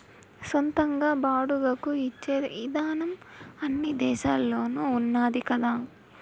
సొంతంగా బాడుగకు ఇచ్చే ఇదానం అన్ని దేశాల్లోనూ ఉన్నాది కదా